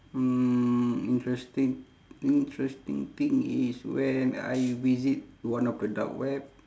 hmm interesting interesting thing is when I visit one of the dark web